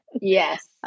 Yes